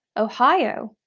ohio,